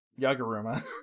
Yaguruma